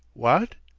what?